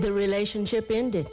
the relationship ended